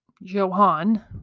Johan